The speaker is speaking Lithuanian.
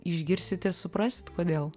išgirsit ir suprasit kodėl